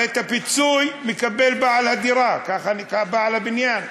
הרי את הפיצוי מקבל בעל הדירה, בעל הבניין,